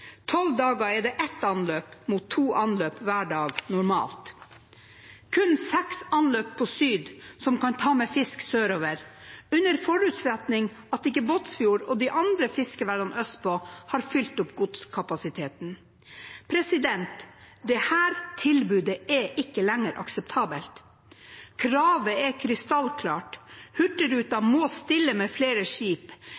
dager er det ett anløp, mot to anløp hver dag normalt, kun seks anløp på sydgående som kan ta med fisk sørover, under forutsetning av at ikke Båtsfjord og de andre fiskeværene østpå har fylt opp godskapasiteten. Dette tilbudet er ikke lenger akseptabelt. Kravet er krystallklart: